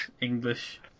English